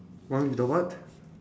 one with the what